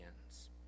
hands